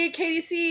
kdc